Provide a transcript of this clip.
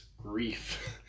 Grief